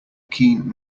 keen